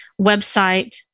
website